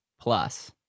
plus